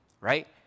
right